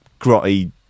grotty